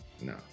no